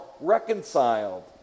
reconciled